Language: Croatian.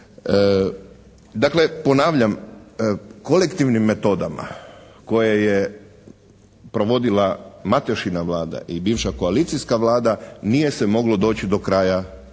Dakle, ponavljam, kolektivnim metodama koje je provodila matošina Vlada i bivša koalicijska Vlada nije se moglo doći do kraja ovog